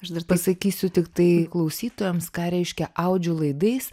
aš dar pasakysiu tiktai klausytojams ką reiškia audžiu laidais